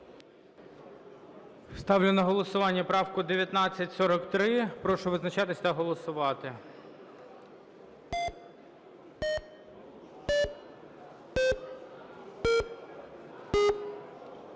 Ставлю на голосування 1944. Прошу визначатись та голосувати.